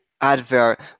advert